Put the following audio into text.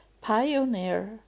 pioneer